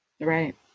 right